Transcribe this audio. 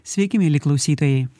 sveiki mieli klausytojai